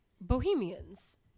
bohemians